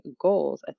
goals